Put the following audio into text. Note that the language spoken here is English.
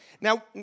Now